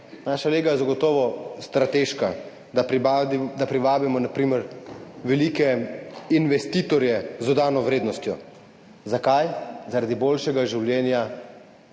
Naša lega je zagotovo strateška, da privabimo na primer velike investitorje z dodano vrednostjo. Zakaj? Zaradi boljšega življenja